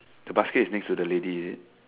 the basket is next to the lady is it